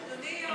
אדוני,